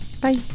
Bye